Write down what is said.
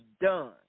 done